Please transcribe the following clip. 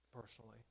personally